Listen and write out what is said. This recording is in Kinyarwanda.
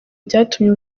byatumye